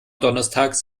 donnerstags